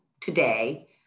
today